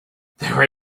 there